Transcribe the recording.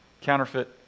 counterfeit